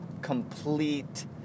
complete